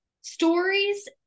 stories